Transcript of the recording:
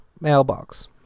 mailbox